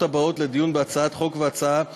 הבאות לדיון בהצעת חוק ובהצעה לסדר-היום,